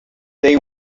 they